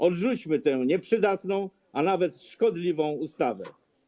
Odrzućmy tę nieprzydatną, a nawet szkodliwą ustawę.